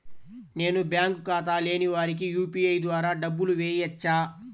నేను బ్యాంక్ ఖాతా లేని వారికి యూ.పీ.ఐ ద్వారా డబ్బులు వేయచ్చా?